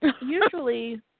usually